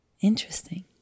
interesting